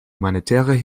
humanitäre